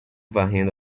varrendo